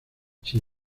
sin